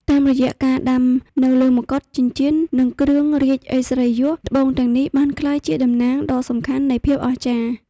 តាមរយៈការដាំនៅលើមកុដ ចិញ្ចៀន និងគ្រឿងរាជឥស្សរិយយស ត្បូងទាំងនេះបានក្លាយជាតំណាងដ៏សំខាន់នៃភាពអស្ចារ្យ។